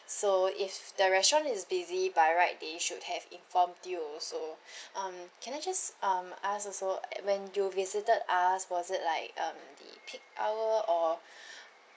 so if the restaurant is busy by right they should have informed you also um can I just um ask also when you visited us was it like um the peak hour or